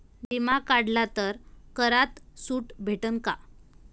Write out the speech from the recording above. बिमा काढला तर करात सूट भेटन काय?